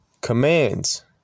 Commands